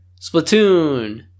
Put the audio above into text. Splatoon